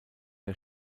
der